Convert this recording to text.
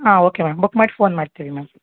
ಹಾಂ okay ma'am book ಮಾಡಿ phone ಮಾಡ್ತಿವಿ ಮ್ಯಾಮ್